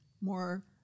more